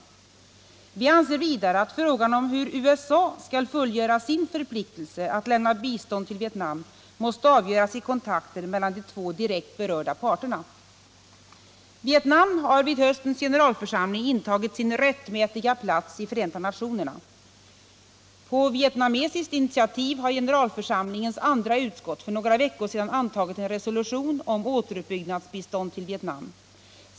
Vi anser vidare att frågan om hur USA skall fullgöra sin förpliktelse att lämna bistånd till Vietnam måste avgöras i kontakter mellan de två direkt berörda parterna. Vietnam har vid höstens generalförsamling intagit sin rättmätiga plats i Förenta nationerna. På vietnamesiskt initiativ har generalförsamlingens andra utskott för några veckor sedan antagit en resolution om återuppbyggnadsbistånd till Vietnam.